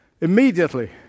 immediately